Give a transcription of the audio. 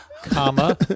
comma